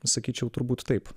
sakyčiau turbūt taip